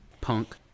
Punk